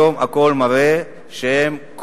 היום הכול מראה שהם,